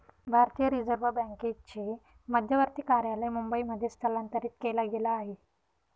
भारतीय रिझर्व बँकेचे मध्यवर्ती कार्यालय मुंबई मध्ये स्थलांतरित केला गेल आहे